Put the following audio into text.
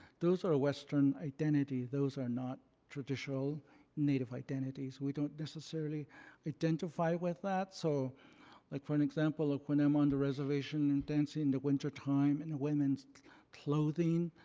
those are western identity. those are not traditional native identities. we don't necessarily identify with that. so like for an example, when i'm on the reservation and dancing the wintertime in women's clothing,